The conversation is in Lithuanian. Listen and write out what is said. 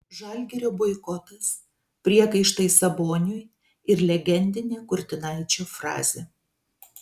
žalgirio boikotas priekaištai saboniui ir legendinė kurtinaičio frazė